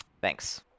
Thanks